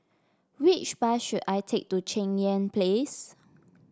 which bus should I take to Cheng Yan Place